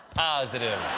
positive!